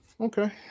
okay